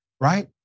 right